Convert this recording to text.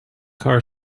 car